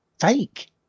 fake